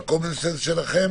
בקומון סנס שלכם